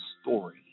story